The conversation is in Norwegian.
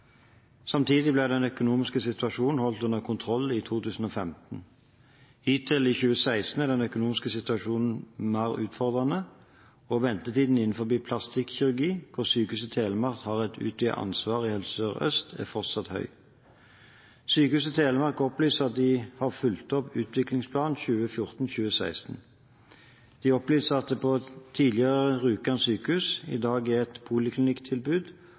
Samtidig ble den økonomiske situasjonen holdt under kontroll i 2015. Hittil i 2016 har den økonomiske situasjonen vært noe mer utfordrende, og ventetiden innenfor plastikk-kirurgi, hvor Sykehuset Telemark har et utvidet ansvar i Helse Sør-Øst, er fortsatt høy. Sykehuset Telemark opplyser at de har fulgt opp Utviklingsplan 2014–2016. De opplyser at det på tidligere Rjukan sykehus i dag er et poliklinikktilbud